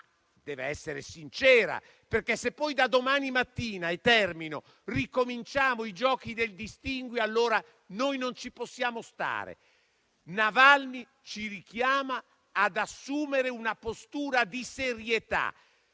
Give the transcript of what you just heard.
dev'essere sincera. Se poi, da domani mattina, ricominciamo il gioco del distinguo, allora noi non ci stiamo. Navalny ci richiama ad assumere una postura di serietà